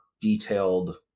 detailed